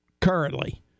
currently –